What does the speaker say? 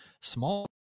small